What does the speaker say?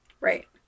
Right